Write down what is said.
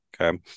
Okay